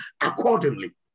accordingly